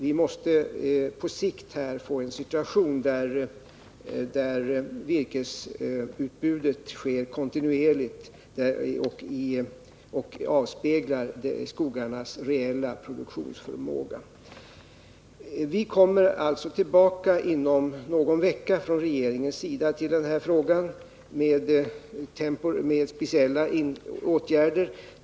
Vi måste på sikt få en situation där virkesutbudet sker kontinuerligt och avspeglar skogarnas reella produktionsförmåga. Vi kommer alltså inom någon vecka tillbaka till den här frågan från regeringens sida med ett förslag om speciella åtgärder.